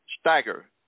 stagger